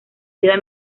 vida